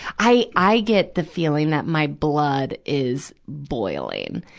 i, i get the feeling that my blood is boiling.